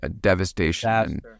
devastation